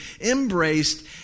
embraced